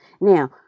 Now